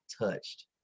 touched